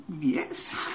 Yes